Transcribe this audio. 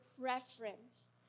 preference